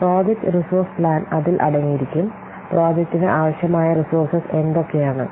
project resource plan അതിൽ അടങ്ങിയിരിക്കും പ്രോജക്ടിന് ആവശ്യമായ റീസോര്സേസ് എന്തൊക്കെയാണ്